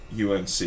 UNC